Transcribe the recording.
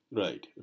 right